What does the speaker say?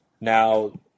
now